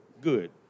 good